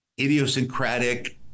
idiosyncratic